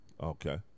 Okay